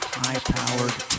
high-powered